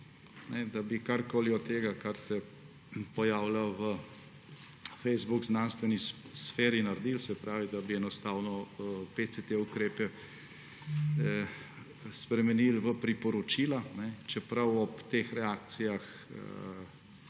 da bi karkoli od tega, kar se pojavlja v Facebook znanstveni sferi, naredili, se pravi, da bi enostavno ukrepe PCT spremenili v priporočila, čeprav ob teh reakcijah